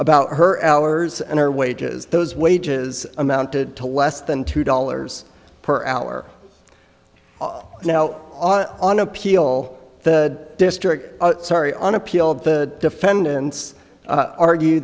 about her hours and her wages those wages amounted to less than two dollars per hour now on appeal the district sorry on appeal the defendants argue